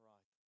Right